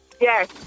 Yes